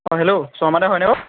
অঁ হেল্ল' শৰ্মাদা হয়নে অ'